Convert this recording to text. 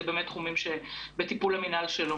זה נושאים בטיפול המינהל שלו.